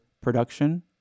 production